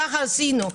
ככה עשינו,